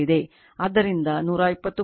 ಆದ್ದರಿಂದ 120